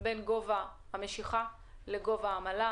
בין גובה המשיכה לגובה העמלה,